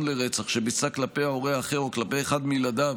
לרצח שביצע כלפי ההורה האחר או כלפי אחד מילדיו